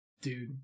Dude